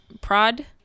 prod